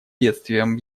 бедствием